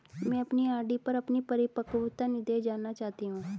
मैं अपनी आर.डी पर अपना परिपक्वता निर्देश जानना चाहती हूँ